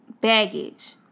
baggage